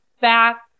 back